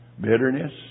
bitterness